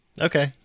Okay